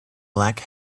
black